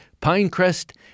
Pinecrest